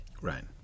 Right